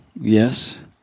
Yes